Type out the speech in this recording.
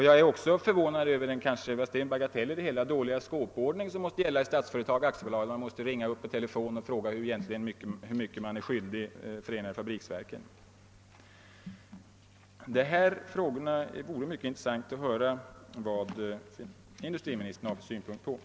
Jag är också förvånad över — fast det är en bagatell — den dåliga skåpordning som tydligen råder i Statsföretag AB, när man måste ringa upp och fråga hur mycket man är skyldig Förenade fabriksverken. Det vore mycket intressant att höra vilka synpunkter industriministern har på dessa frågor.